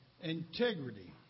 Integrity